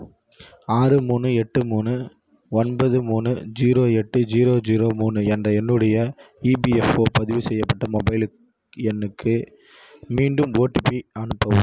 ஆறு மூணு எட்டு மூணு ஒன்பது மூணு ஜீரோ எட்டு ஜீரோ ஜீரோ மூணு என்ற என்னுடைய இபிஎஃப்ஒ பதிவு செய்யப்பட்ட மொபைல் எண்ணுக்கு மீண்டும் ஓடிபி அனுப்பவும்